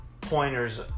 pointers